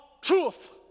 truth